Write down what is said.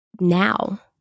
now